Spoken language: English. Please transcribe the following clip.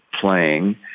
playing